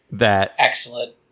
excellent